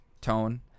tone